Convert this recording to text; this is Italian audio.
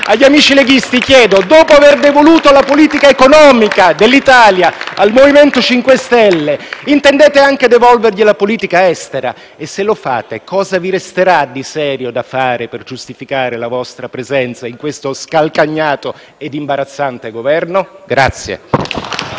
agli amici leghisti chiedo: dopo aver devoluto la politica economica dell'Italia al MoVimento 5 Stelle, intendete anche devolvere la politica estera? Se lo fate, cosa resterà di serio da fare per giustificare la vostra presenza in questo scalcagnato e imbarazzante Governo?